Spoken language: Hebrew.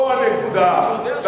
אני יודע שפה הנקודה.